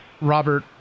Robert